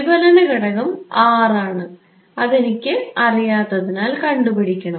പ്രതിഫലന ഘടകം R ആണ് അതെനിക്ക് അറിയാത്തതിനാൽ കണ്ടുപിടിക്കണം